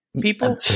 people